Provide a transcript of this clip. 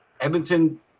Edmonton